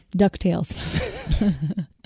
Ducktales